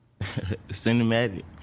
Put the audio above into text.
Cinematic